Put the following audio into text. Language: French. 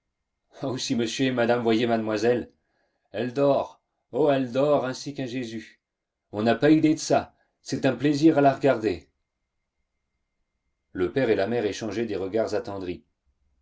oh si monsieur et madame voyaient mademoiselle elle dort oh elle dort ainsi qu'un jésus on n'a pas idée de ça c'est un plaisir à la regarder le père et la mère échangeaient des regards attendris